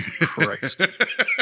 Christ